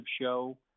show